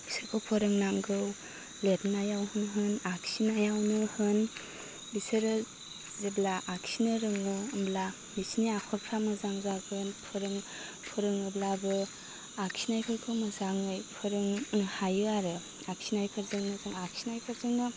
फिसोरखौ फोरोंनांगौ लिदनायावनो होन आखिनायावनो होन बिसोरो जेब्ला आखिनो रोङो होमब्ला बिसिनि आखरफ्रा मोजां जागोन फोरों फोरोङोब्लाबो आखिनायफोरखौ मोजाङै फोरोंनो हायो आरो आखिनायफोरजोंनो जों आखिनायफोरजोंनो